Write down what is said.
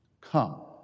Come